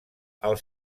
els